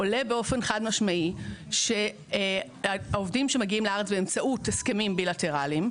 עולה באופן חד משמעי שהעובדים שמגיעים לארץ באמצעות הסכמים בילטרליים,